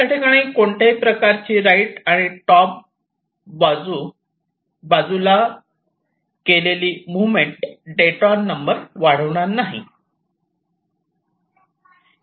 याठिकाणी कोणत्याही प्रकारची राईट आणि टॉप बाजूला लेली केलेली मुव्हमेंट डिटोर नंबर वाढणार नाही